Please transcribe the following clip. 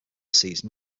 season